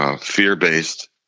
fear-based